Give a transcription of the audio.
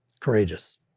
courageous